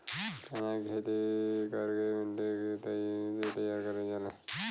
चना की खेती कर के लिए मिट्टी कैसे तैयार करें जाला?